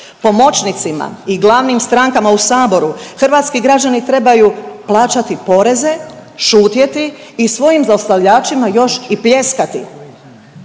Pomoćnicima i glavnim strankama u Saboru hrvatski građani trebaju plaćati poreze, šutjeti i svojim zlostavljačima još i pljeskati.